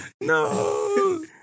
No